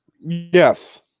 Yes